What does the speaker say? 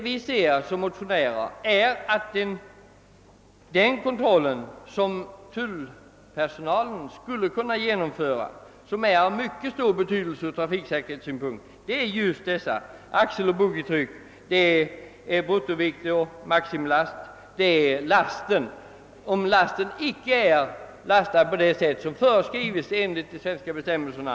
Vi motionärer menar att den kontroll, som tullpersonalen skulle kunna genomföra och som har mycket stor betydelse från trafiksäkerhetssynpunkt, är just kontrollen av axeloch boggietryck, bruttovikt och maximilast samt att lasten är lastad på det sätt som föreskrives i de svenska bestämmelserna.